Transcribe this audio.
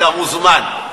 אתה מוזמן.